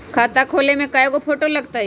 खाता खोले में कइगो फ़ोटो लगतै?